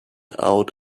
out